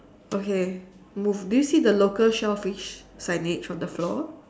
okay move do you see the local shellfish signage on the floor